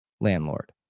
landlord